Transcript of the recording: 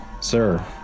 Sir